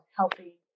helping